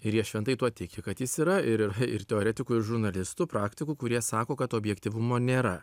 ir jie šventai tuo tiki kad jis yra ir ir teoretikų ir žurnalistų praktikų kurie sako kad objektyvumo nėra